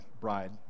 bride